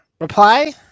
reply